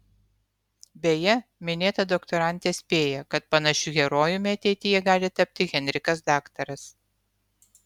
beje minėta doktorantė spėja kad panašiu herojumi ateityje gali tapti henrikas daktaras